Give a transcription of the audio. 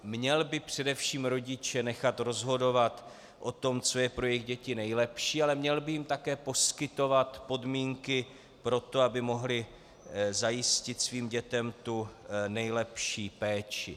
Měl by především rodiče nechat rozhodovat o tom, co je pro jejich děti nejlepší, ale měl by jim také poskytovat podmínky pro to, aby mohli zajistit svým dětem tu nejlepší péči.